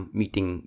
meeting